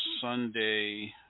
sunday